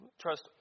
trust